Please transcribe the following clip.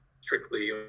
strictly